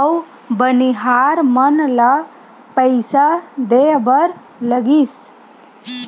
अउ बनिहार मन ल पइसा देय बर लगिस